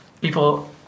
people